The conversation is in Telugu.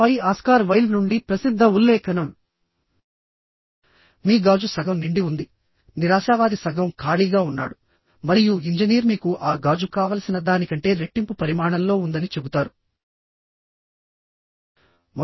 ఆపై ఆస్కార్ వైల్డ్ నుండి ప్రసిద్ధ ఉల్లేఖనం మీ గాజు సగం నిండి ఉంది నిరాశావాది సగం ఖాళీగా ఉన్నాడు మరియు ఇంజనీర్ మీకు ఆ గాజు కావలసిన దానికంటే రెట్టింపు పరిమాణంలో ఉందని చెబుతారు